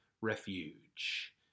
refuge